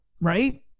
right